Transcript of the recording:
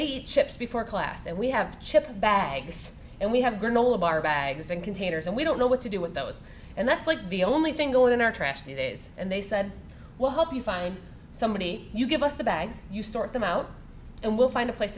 they eat chips before class and we have chip bags and we have granola bar bags and containers and we don't know what to do with those and that's like the only thing going in our trash that is and they said we'll help you find somebody you give us the bags you sort them out and we'll find a place